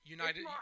United